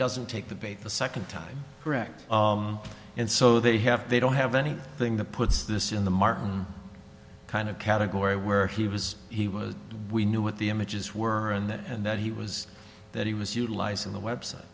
doesn't take the bait the second time correct and so they have they don't have any thing that puts this in the mark kind of category where he was he was we knew what the images were and that and that he was that he was utilizing the website